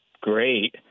great